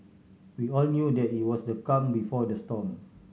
we all knew that it was the calm before the storm